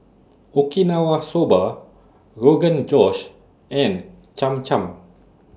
Okinawa Soba Rogan Josh and Cham Cham